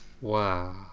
Wow